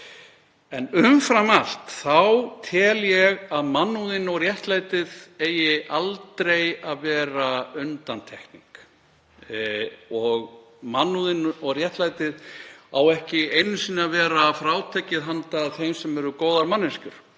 Umfram allt tel ég að mannúðin og réttlætið eigi aldrei að vera undantekning og mannúðin og réttlætið á ekki einu sinni að vera frátekið handa þeim sem eru góðar manneskjur.